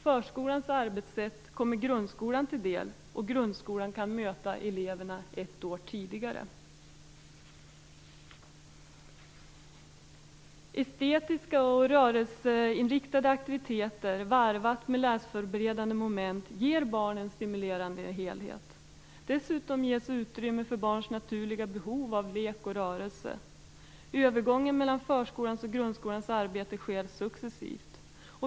Förskolans arbetssätt kommer grundskolan till del, och grundskolan kan möta eleverna ett år tidigare. Estetiska och rörelseinriktade aktiviteter varvade med läsförberedande moment ger barnen en stimulerande helhet. Dessutom ges utrymme för barns naturliga behov av lek och rörelse. Övergången mellan förskolans och grundskolans arbetssätt sker successivt.